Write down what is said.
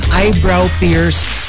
eyebrow-pierced